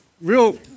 real